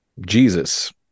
Jesus